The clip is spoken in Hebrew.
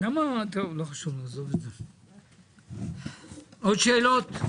עוד שאלות?